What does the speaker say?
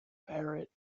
parrot